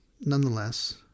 nonetheless